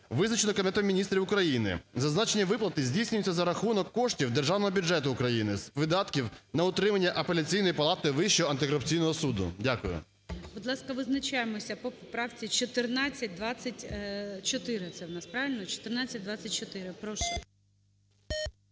визначеного Кабінетом Міністрів України. Зазначені виплати здійснюються за рахунок коштів Державного бюджету України з видатків на утримання Апеляційної палати Вищого антикорупційного суду. Дякую. ГОЛОВУЮЧИЙ. Будь ласка, визначаємося по поправці 1424. Це в нас, правильно, 1424. Прошу.